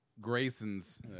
Graysons